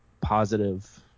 positive